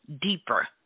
deeper